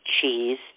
cheese